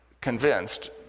convinced